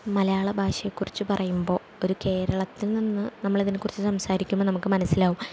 മലയാള ഭാഷയെക്കുറിച്ച് പറയുമ്പോൾ ഒരു കേരളത്തിൽ നിന്ന് നമ്മള് ഇതിനെക്കുറിച്ച് സംസാരിക്കുമ്പോൾ നമുക്ക് മനസ്സിലാകും